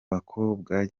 bakobwa